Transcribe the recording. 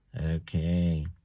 Okay